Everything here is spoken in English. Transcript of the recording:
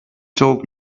told